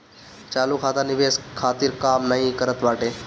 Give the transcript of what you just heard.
चालू खाता निवेश खातिर काम नाइ करत बाटे